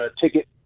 ticket